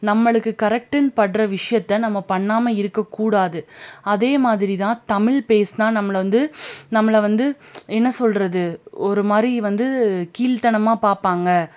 நம்மளுக்கு கரெட்டுன்னு படுற விஷயத்த நம்ம பண்ணாமல் இருக்கக்கூடாது அதே மாதிரி தான் தமிழ் பேசுனால் நம்மளை வந்து நம்மளை வந்து என்ன சொல்கிறது ஒரு மாதிரி வந்து கீழ்த்தனமாக பார்ப்பாங்க